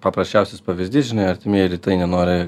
paprasčiausias pavyzdys žinai artimieji rytai nenori